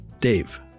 Dave